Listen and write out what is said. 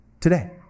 today